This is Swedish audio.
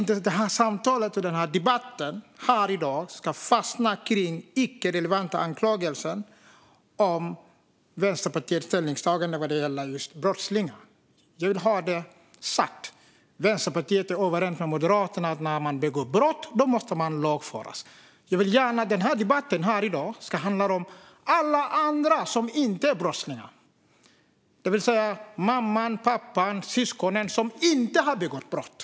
Detta säger jag för att debatten här i dag inte ska fastna kring icke-relevanta anklagelser om Vänsterpartiets ställningstaganden när det gäller just brottslingar. Jag vill ha detta sagt. Vänsterpartiet är överens med Moderaterna om att den som begår brott ska lagföras. Jag vill gärna att den här debatten i dag ska handla om alla andra som inte är brottslingar, det vill säga mamman, pappan och syskonen som inte har begått brott.